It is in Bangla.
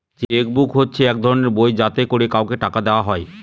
চেক বুক হচ্ছে এক ধরনের বই যাতে করে কাউকে টাকা দেওয়া হয়